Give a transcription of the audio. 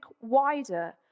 wider